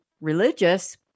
religious